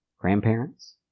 Grandparents